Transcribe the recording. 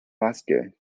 musket